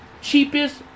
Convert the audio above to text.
cheapest